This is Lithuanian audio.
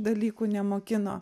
dalykų nemokino